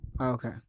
Okay